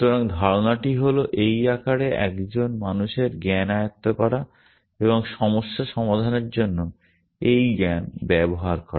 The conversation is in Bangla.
সুতরাং ধারণাটি হল এই আকারে একজন মানুষের জ্ঞান আয়ত্ব করা এবং সমস্যা সমাধানের জন্য এই জ্ঞান ব্যবহার করা